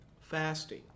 fasting